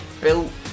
built